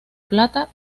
plata